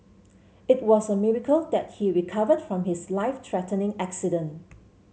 it was a miracle that he recovered from his life threatening accident